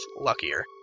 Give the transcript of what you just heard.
Luckier